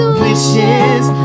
wishes